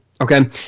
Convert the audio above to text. Okay